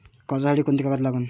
कर्जसाठी कोंते कागद लागन?